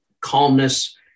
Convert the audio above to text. calmness